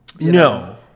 No